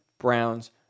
Browns